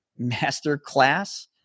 masterclass